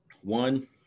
one